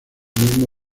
mismo